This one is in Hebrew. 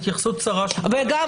התייחסות קצרה שלך, אדוני.